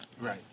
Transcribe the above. Right